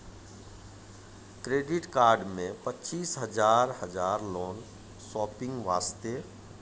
Credit card मे पचीस हजार हजार लोन शॉपिंग वस्ते?